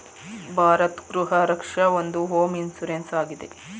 ಭಾರತ್ ಗೃಹ ರಕ್ಷ ಒಂದು home insurance ಆಗಿದೆ